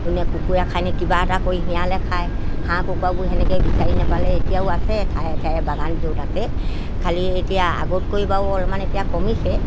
কোনে কুকুৰা খাই নে কিবা এটা কৰি শিয়ালে খায় হাঁহ কুকুৰাবোৰ তেনেকৈ বিচাৰি নাপালে এতিয়াও আছে ঠায়ে ঠায়ে বাগান য'ত আছে খালি এতিয়া আগতকৈ বাৰু অলপমান এতিয়া কমিছে